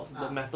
ah